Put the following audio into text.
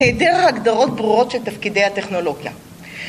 העדר הגדרות ברורות ‫של תפקידי הטכנולוגיה.